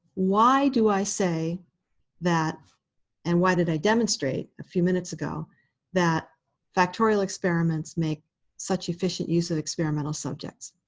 why do i say that and why did i demonstrate a few minutes ago that factorial experiments make such efficient use of experimental subjects?